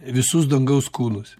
visus dangaus kūnus